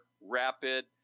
rapid